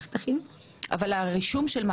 בהנחה שהם התחילו לעבוד לפי --- יתחילו לעבוד.